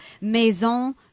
Maison